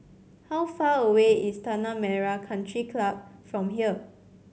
how far away is Tanah Merah Country Club from here